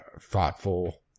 thoughtful